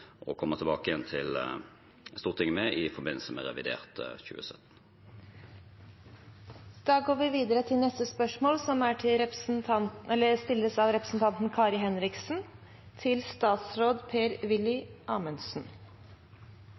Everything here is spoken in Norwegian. å komme tilbake til Stortinget med i forbindelse med revidert budsjett for 2017. Da går vi til spørsmål 1. Dette spørsmålet, fra representanten Kari Henriksen til statsministeren, vil bli besvart av